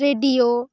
radio